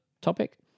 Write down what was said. topic